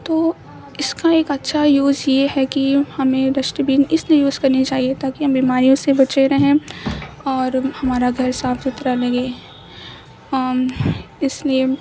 تو اس کا ایک اچھا یوز یہ ہے کہ ہمیں ڈسٹ بین اس لیے یوز کرنی چاہیے تاکہ ہم بیماریوں سے بچے رہیں اور ہمارا گھر صاف ستھرا لگے اس لیے